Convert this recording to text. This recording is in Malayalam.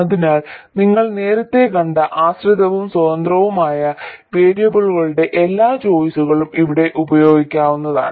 അതിനാൽ നിങ്ങൾ നേരത്തെ കണ്ട ആശ്രിതവും സ്വതന്ത്രവുമായ വേരിയബിളുകളുടെ എല്ലാ ചോയിസുകളും ഇവിടെ ഉപയോഗിക്കാവുന്നതാണ്